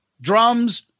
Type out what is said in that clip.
drums